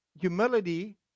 humility